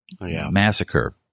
massacre